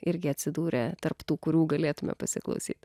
irgi atsidūrė tarp tų kurių galėtume pasiklausyt